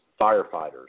firefighters